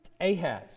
Ahaz